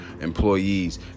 employees